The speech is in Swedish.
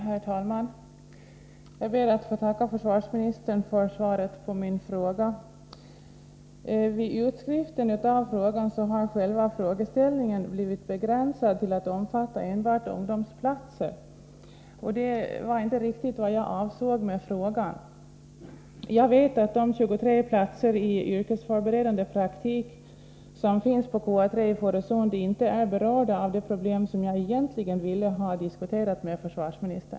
Herr talman! Jag ber att få tacka försvarsministern för svaret på min fråga. Vid utskriften av frågan har själva frågeställningen blivit begränsad till att omfatta enbart ungdomsplatser, och det är inte riktigt vad jag avsåg med frågan. Jag vet att de 23 platser i yrkesförberedande praktik som finns på KA 33 i Fårösund inte är berörda av det problem som jag egentligen ville ha diskuterat med försvarsministern.